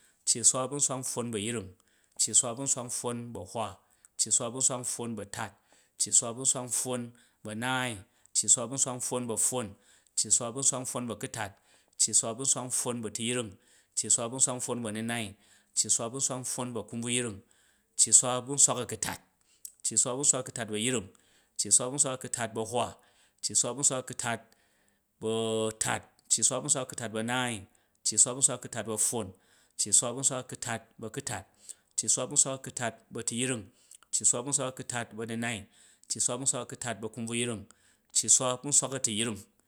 Cci swa bu̱ nswak npffon bu̱ a̱yring, cci swa bu̱ nswak npffon bu̱ a̱hwa, cci swa bu̱ nswak npffon bu̱ a̱tat, cci swa bu̱ nswak npffon bu̱ a̱naai, cci swa bu̱ nswak npffon bu̱ a̱pffon, cci swa bu̱ nswak npffon bu̱ a̱kutat, cci swa bu̱ nswak npffon bu̱ a̱tyipring, cci swa bu̱ nswak npffon bu̱ a̱nunal, cci swa bu̱ nswak npffon bu̱ a̱kumbvuypring, cci swa bʉ nswak a̱kutat, cci swa ba̱ nswak a̱kutat ba̱ a̱pring, cci swa ba̱ nswak a̱kutat bu̱ a̱hwa, cci swa bu̱ nswak a̱kutat bu̱ atat, cci swa bu̱ nswak a̱kutat bu̱ a̱tupring, cci swa bu̱ nswak a̱kutat ba̱ a̱nunai, cci swa ba̱ nswak a̱kuta ba̱, a̱kumvrupring, cci swa bu̱ nswak a̱tuyring